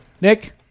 Nick